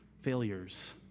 failures